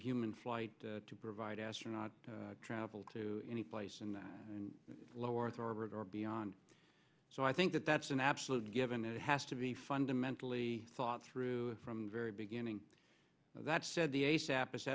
human flight to provide astronaut travel to any place in that low earth orbit or beyond so i think that that's an absolute given it has to be fundamentally thought through from the very beginning that said the